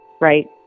right